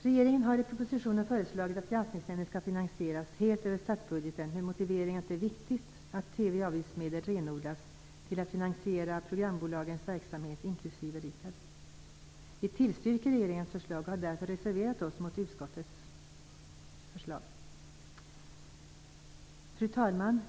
Regeringen har i propositionen föreslagit att Granskningsnämnen skall finansieras helt över statsbudgeten med motiveringen att det är viktigt att TV avgiftsmedel renodlas till att finansiera programbolagens verksamhet inklusive RIKAB. Vi vill tillstyrka regeringens förslag och har därför reserverat oss mot utskottets förslag. Fru talman!